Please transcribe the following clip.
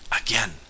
again